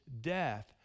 death